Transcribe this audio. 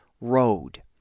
road